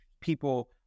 people